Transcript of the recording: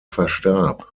verstarb